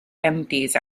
empties